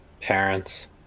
Parents